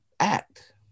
act